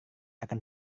akan